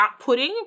outputting